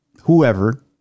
whoever